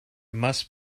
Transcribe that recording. must